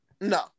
No